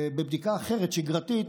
בבדיקה אחרת, שגרתית,